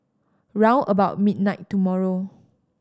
round about midnight tomorrow